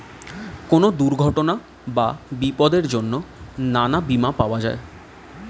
কোন দুর্ঘটনা বা বিপদের জন্যে নানা বীমা পাওয়া যায়